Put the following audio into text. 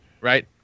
right